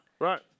Right